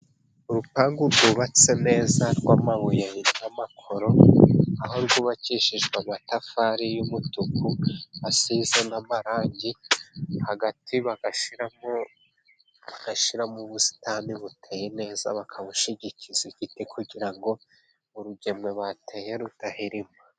Urupangu rwubatse neza rw'amabuye n'amakoro, aho rwubakishijwe amatafari y'umutuku asize n'amarangi. Hagati bagashyiramo ubusitani buteye neza, bakabushyigikiza igiti kugira ngo urugemwe bateye rudahirima.